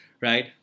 right